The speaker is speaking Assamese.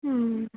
অঁ